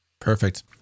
Perfect